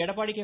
Edappadi K